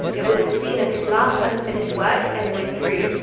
it was the scene of his last unfinished work, edwin drood,